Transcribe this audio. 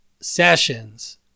Sessions